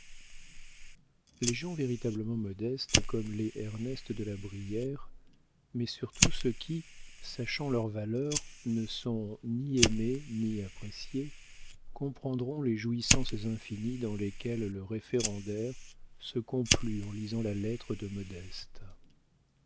les gens véritablement modestes comme l'est ernest de la brière mais surtout ceux qui sachant leur valeur ne sont ni aimés ni appréciés comprendront les jouissances infinies dans lesquelles le référendaire se complut en lisant la lettre de